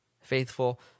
Faithful